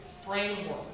framework